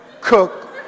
cook